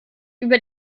über